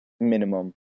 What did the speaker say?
Minimum